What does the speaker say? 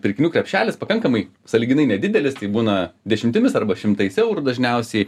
pirkinių krepšelis pakankamai sąlyginai nedidelis tai būna dešimtimis arba šimtais eurų dažniausiai